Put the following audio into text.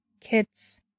kids